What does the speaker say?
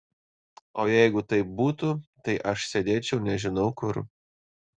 oi jeigu taip būtų tai aš sėdėčiau nežinau kur